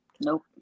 Nope